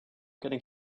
getting